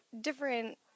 different